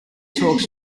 talks